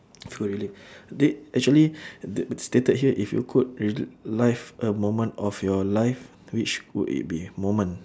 if you relive they actually they stated here if you could relive a moment of your life which would it be moment